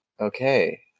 Okay